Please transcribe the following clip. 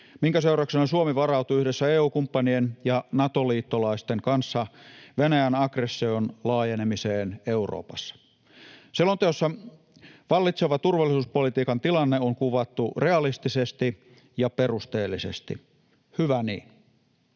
minkä seurauksena Suomi varautuu yhdessä EU-kumppanien ja Nato-liittolaisten kanssa Venäjän aggression laajenemiseen Euroopassa. — Selonteossa vallitseva turvallisuuspolitiikan tilanne on kuvattu realistisesti ja perusteellisesti. Hyvä niin.